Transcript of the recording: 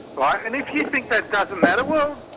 right. and if you think that doesn't matter, well,